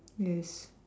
yes